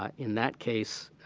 ah in that case,